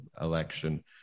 election